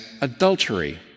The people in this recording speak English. adultery